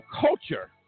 culture